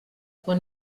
quan